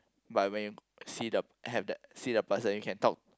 but when you see the have that see the person you can talk